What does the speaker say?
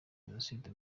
jenoside